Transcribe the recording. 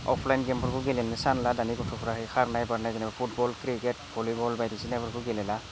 offline गेमफोरखौ गेलेनो सानला दानि गथ'फ्राहाय खारनाय बारनायखोनो फुटबल क्रिकेट भलिबल बायदिसिनाफोरखौ गेलेला